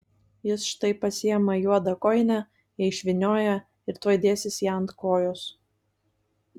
jis štai pasiima juodą kojinę ją išvynioja ir tuoj dėsis ją ant kojos